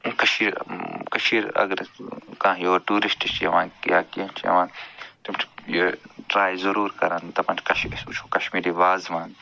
کٔشیٖرِ کٔشیٖر اگر أسۍ کانٛہہ یور ٹوٗرِسٹ چھِ یِوان یا کیٚنہہ چھِ یِوان تِم چھِ یہِ ٹرٛاے ضٔروٗر کران دَپان چھِ کَش أسۍ وٕچھو کَشمیٖری وازٕوان